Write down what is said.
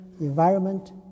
environment